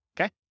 okay